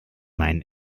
mein